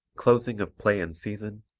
closing of play and season,